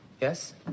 Yes